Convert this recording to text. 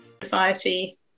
Society